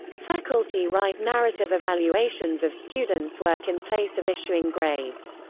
faculty write narrative evaluations of students' work in place of issuing grades.